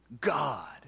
God